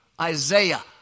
Isaiah